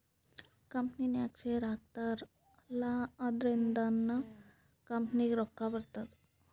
ಕಂಪನಿನಾಗ್ ಶೇರ್ ಹಾಕ್ತಾರ್ ಅಲ್ಲಾ ಅದುರಿಂದ್ನು ಕಂಪನಿಗ್ ರೊಕ್ಕಾ ಬರ್ತುದ್